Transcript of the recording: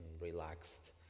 relaxed